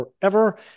forever